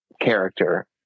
character